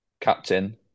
captain